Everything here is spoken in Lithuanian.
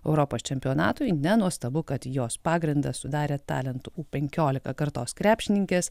europos čempionatui nenuostabu kad jos pagrindą sudarė talentų u penkiolika kartos krepšininkės